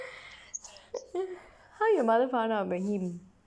how your mother found out about him